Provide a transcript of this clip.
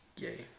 Yay